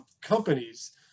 companies